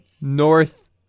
North